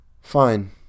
Fine